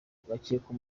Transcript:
hagakekwa